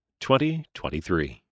2023